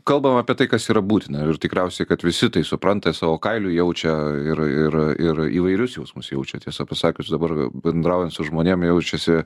kalbam apie tai kas yra būtina ir tikriausiai kad visi tai supranta savo kailiu jaučia ir ir ir įvairius jausmus jaučia tiesą pasakius dabar a bendraujant su žmonėm jaučiasi